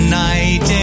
night